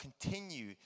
continue